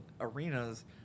arenas